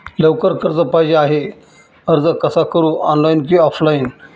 लवकर कर्ज पाहिजे आहे अर्ज कसा करु ऑनलाइन कि ऑफलाइन?